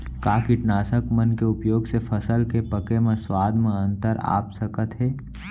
का कीटनाशक मन के उपयोग से फसल के पके म स्वाद म अंतर आप सकत हे?